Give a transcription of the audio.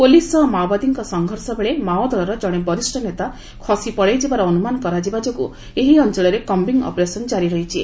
police ସହ ମାଓବାଦୀଙ୍କ ସଂଘର୍ଷ ବେଳେ ମାଓ ଦଳର ଜଣେ ବରିଷ୍ଣ ନେତା ଖସି ପଳାଇଯିବାର ଅନୁମାନ କରାଯିବା ଯୋଗୁଁ ଏହି ଅଞ୍ଚଳରେ କିିଂ ଅପରେସନ୍ ଜାରି ରହିଛି